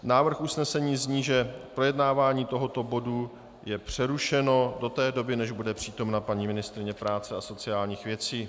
Návrh usnesení zní, že projednávání tohoto bodu je přerušeno do té doby, než bude přítomna paní ministryně práce a sociálních věcí.